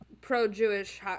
pro-Jewish